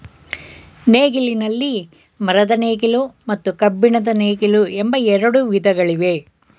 ನೇಗಿಲಿನಲ್ಲಿ ಮರದ ನೇಗಿಲು ಮತ್ತು ಕಬ್ಬಿಣದ ನೇಗಿಲು ಎಂಬ ಎರಡು ವಿಧಗಳಿವೆ